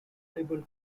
label